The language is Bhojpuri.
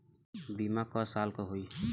बीमा क साल क होई?